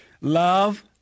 Love